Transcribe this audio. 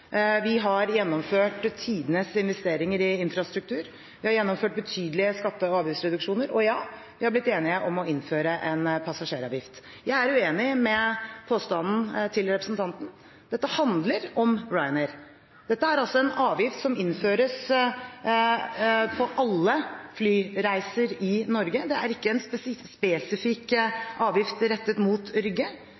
Vi har gjennomført tidenes investeringer i infrastruktur. Vi har gjennomført betydelige skatte- og avgiftsreduksjoner. Og ja, vi har blitt enige om å innføre en passasjeravgift. Jeg er uenig i påstanden til representanten. Dette handler om Ryanair. Dette er en avgift som innføres på alle flyreiser i Norge. Det er ikke en